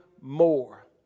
more